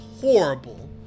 horrible